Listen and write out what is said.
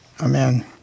Amen